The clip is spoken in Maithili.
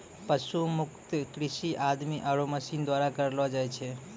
पशु मुक्त कृषि आदमी आरो मशीन द्वारा करलो जाय छै